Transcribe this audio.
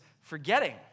forgetting